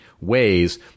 ways